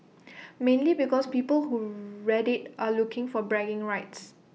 mainly because people who read IT are looking for bragging rights